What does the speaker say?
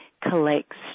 collects